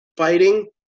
Fighting